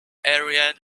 ariane